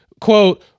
quote